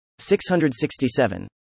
667